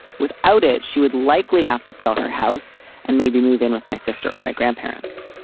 without it, she would likely have to sell her house and maybe move in with my sister or my grandparents.